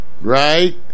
Right